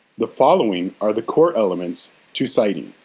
the following are the core elements to citing.